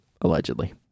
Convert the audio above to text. Allegedly